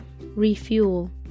refuel